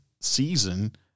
season